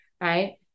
right